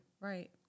Right